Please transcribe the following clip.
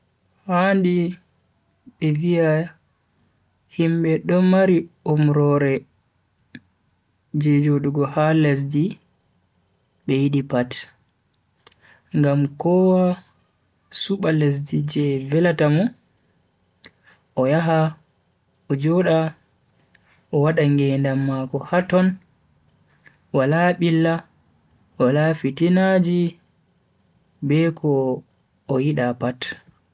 Handi be viya himbe do mari umrore je jodugo ha lesdi be yidi pat ngam kowa suba lesdi je velata mo o yaha o joda o wada ngedam mako ha ton wala billa be fitinaji be ko o yida pat.